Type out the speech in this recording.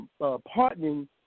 partnering